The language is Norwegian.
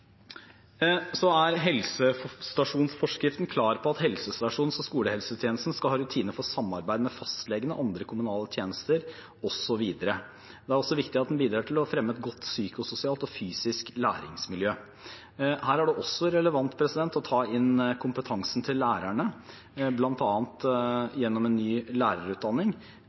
ha rutiner for samarbeid med fastlegene og andre kommunale tjenester osv. Det er også viktig at den bidrar til å fremme et godt psykososialt og fysisk læringsmiljø. Her er det også relevant å ta inn kompetansen til lærerne, bl.a. gjennom en ny lærerutdanning.